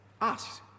Ask